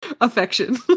Affection